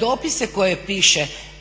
dopise koje piše,